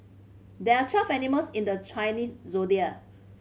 there are twelve animals in the Chinese Zodiac